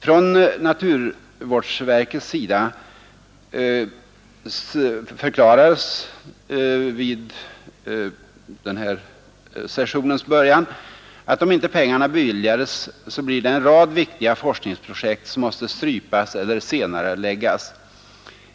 Från naturvårdsverkets sida förklarades vid den här sessionens början att om inte pengarna beviljades skulle en rad viktiga forskningsprojekt behöva strypas eller senareläggas.